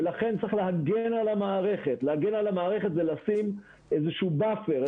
ולכן צריך להגן על המערכת ולשים איזשהו באפר,